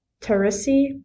Teresi